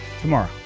tomorrow